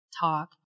talk